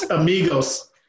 amigos